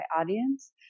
audience